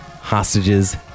hostages